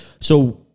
so-